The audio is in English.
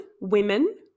women